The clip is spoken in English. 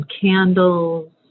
candles